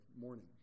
morning